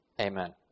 Amen